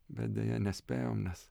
bet deja nespėjom nes